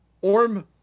Orm